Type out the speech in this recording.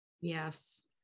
Yes